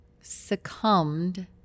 succumbed